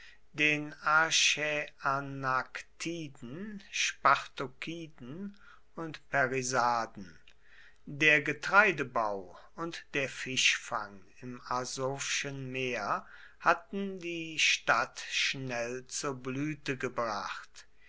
den archäanaktiden spartokiden und pärisaden der getreidebau und der fischfang im asowschen meer hatten die stadt schnell zur blüte gebracht